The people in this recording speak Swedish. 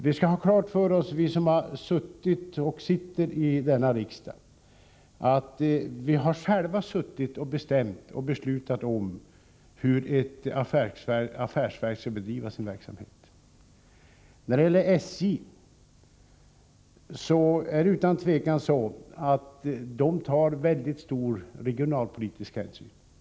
Vii denna riksdag skall ha klart för oss att vi själva har bestämt och beslutat om hur ett affärsverk skall bedriva sin verksamhet. SJ tar utan tvivel väldigt stor regionalpolitisk hänsyn.